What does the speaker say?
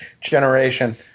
generation